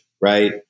Right